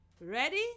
Ready